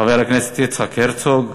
חבר הכנסת יצחק הרצוג,